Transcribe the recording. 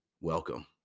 welcome